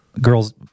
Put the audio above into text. girls